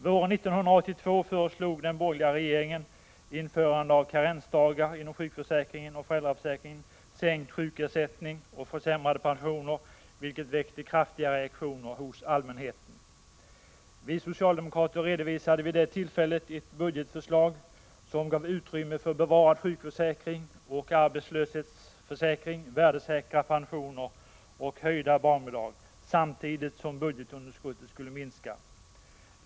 Våren 1982 föreslog den borgerliga regeringen införande av karensdagar inom sjukförsäkringen och föräldraförsäkringen, sänkt sjukersättning och försämrade pensioner, vilket väckte kraftiga reaktioner hos allmänheten. Vi socialdemokrater redovisade vid det tillfället ett budgetförslag, som gav utrymme för bevarad sjukförsäkring och arbetslöshetsförsäkring, värdesäkra pensioner och höjda barnbidrag, samtidigt som budgetunderskottet skulle minska.